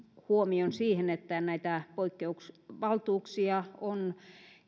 huomion siihen että näitä poikkeusvaltuuksia on